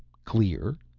clear?